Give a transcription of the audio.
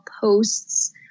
posts